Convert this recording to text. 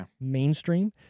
mainstream